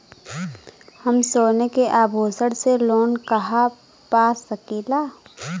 हम सोने के आभूषण से लोन कहा पा सकीला?